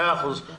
מאה אחוז.